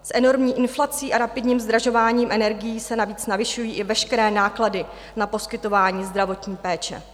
S enormní inflací a rapidním zdražováním energií se navíc navyšují i veškeré náklady na poskytování zdravotní péče.